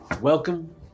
Welcome